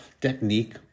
technique